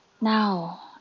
Now